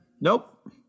Nope